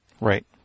Right